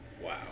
Wow